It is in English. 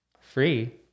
free